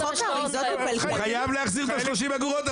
הוא חייב להחזיר את ה-30 אגורות,